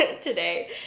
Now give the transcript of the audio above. today